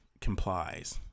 complies